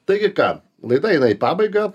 taigi ką laida eina į pabaigą